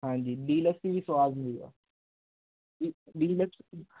ਹਾਂਜੀ ਡੀਲਕਸ ਦੀ ਵੀ ਸਵਾਦ ਹੁੰਦੀ ਆ ਡੀਲਕਸ